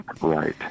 right